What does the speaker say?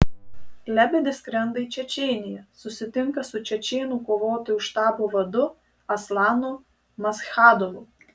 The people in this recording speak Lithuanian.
lebedis skrenda į čečėniją susitinka su čečėnų kovotojų štabo vadu aslanu maschadovu